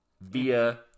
via